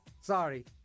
Sorry